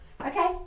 Okay